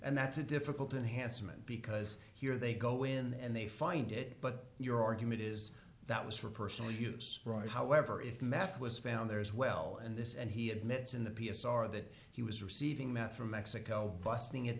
and that's a difficult and handsome and because here they go in and they find it but your argument is that was for personal use right however if math was found there as well and this and he admits in the p s r that he was receiving that from mexico busting it